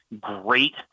great